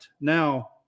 Now